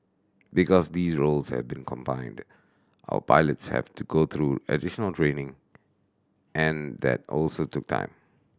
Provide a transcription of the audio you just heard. because these roles have been combined our pilots have to go through additional training and that also took time